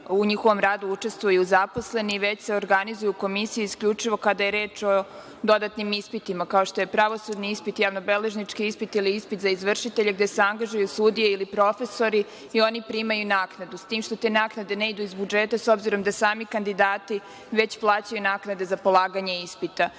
u njihovom radu učestvuju zaposleni, već se organizuju komisije isključivo kada je reč o dodatnim ispitima, kao što je pravosudni ispit, javnobeležnički ispit ili ispit za izvršitelje, gde se angažuju sudije ili profesori i oni primaju naknadu. Te naknade ne idu iz budžeta, s obzirom da sami kandidati već plaćaju naknade za polaganje ispita.